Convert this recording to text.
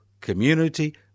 community